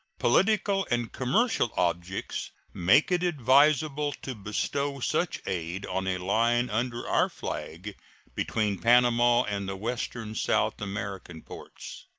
political and commercial objects make it advisable to bestow such aid on a line under our flag between panama and the western south american ports.